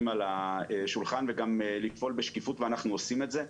על השולחן וגם לפעול בשקיפות ואנחנו עושים את זה,